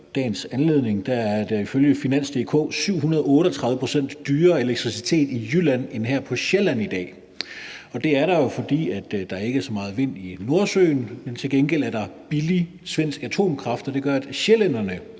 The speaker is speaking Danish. dagens anledning nævne, at der ifølge finans.dk i dag er 738 pct. dyrere elektricitet i Jylland end her på Sjælland. Det er jo, fordi der ikke er så meget vind i Nordsøen, men til gengæld er der billig svensk atomkraft, og det gør, at sjællænderne